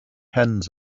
hens